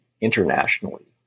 internationally